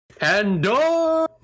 Andor